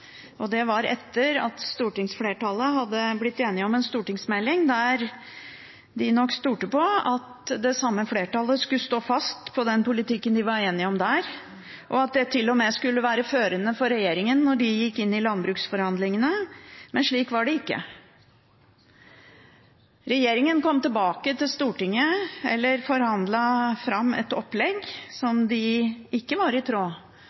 samme flertallet skulle stå fast på den politikken de var enige om der, og at det til og med skulle være førende for regjeringen når de gikk inn i landbruksforhandlingene. Men slik var det ikke. Regjeringen forhandlet fram et opplegg som ikke var i tråd